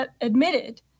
admitted